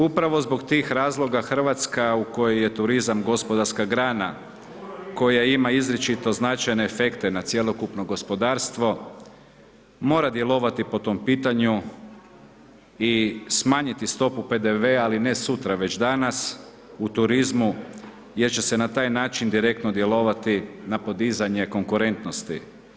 Upravo zbog tih razloga Hrvatska u kojoj je turizam gospodarska grana koja ima izričito značajne efekte na cjelokupno gospodarstvo, mora djelovati po tom pitanju i smanjiti stopu PDV-a ali ne sutra već danas u turizmu jer će se na taj način direktno djelovati na podizanje konkurentnosti.